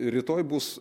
rytoj bus